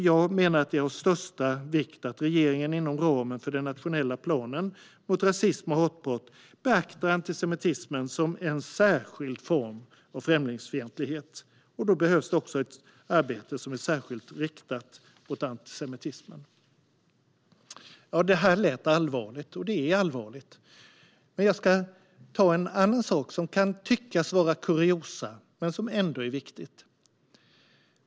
Jag menar att det är av största vikt att regeringen inom ramen för den nationella planen mot rasism och hatbrott beaktar antisemitismen som en särskild form av främlingsfientlighet. Då behövs också ett arbete som är särskilt riktat mot antisemitism. Detta lät allvarligt, och det är allvarligt. Jag ska ta upp en annan sak som kan tyckas vara kuriosa men som ändå är viktig.